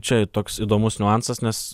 čia toks įdomus niuansas nes